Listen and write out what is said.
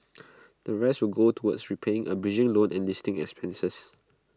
the rest will go towards repaying A bridging loan and listing expenses